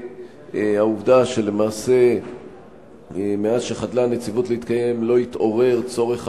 והעובדה שלמעשה מאז חדלה הנציבות להתקיים לא התעורר צורך